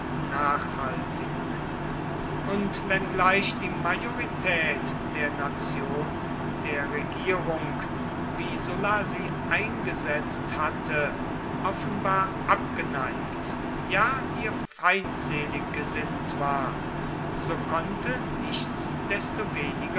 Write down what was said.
nachhaltig und wenngleich die majorität der nation der regierung wie sulla sie eingesetzt hatte offenbar abgeneigt ja ihr feindselig gesinnt war so konnte